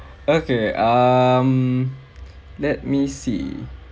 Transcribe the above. okay um let me see